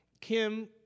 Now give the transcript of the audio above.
Kim